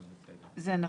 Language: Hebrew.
נכון.